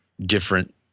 different